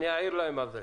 אני אעיר להם על זה.